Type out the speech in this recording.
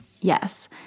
yes